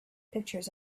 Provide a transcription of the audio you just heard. pictures